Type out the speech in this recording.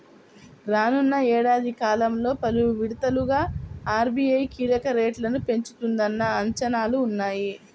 రానున్న ఏడాది కాలంలో పలు విడతలుగా ఆర్.బీ.ఐ కీలక రేట్లను పెంచుతుందన్న అంచనాలు ఉన్నాయి